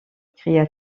cria